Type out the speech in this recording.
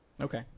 Okay